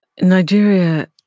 Nigeria